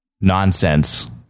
nonsense